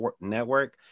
network